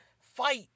fight